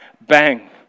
bang